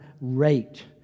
rate